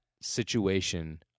situation